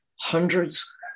hundreds